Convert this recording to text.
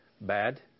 bad